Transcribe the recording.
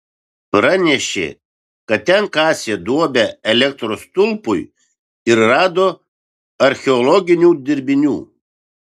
pranešė kad ten kasė duobę elektros stulpui ir rado archeologinių dirbinių